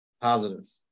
positive